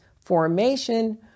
formation